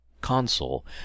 console